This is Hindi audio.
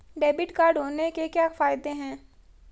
डेबिट कार्ड होने के क्या फायदे हैं?